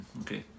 Okay